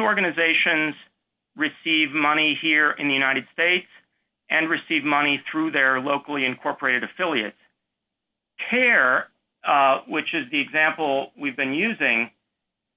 organizations receive money here in the united states and receive money through their locally incorporated affiliate kare which is the example we've been using